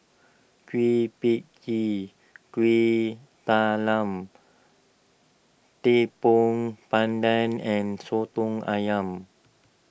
Kueh Pie Tee Kueh Talam Tepong Pandan and Soto Ayam